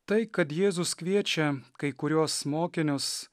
tai kad jėzus kviečia kai kuriuos mokinius